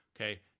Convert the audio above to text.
Okay